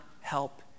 help